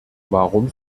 warum